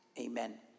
Amen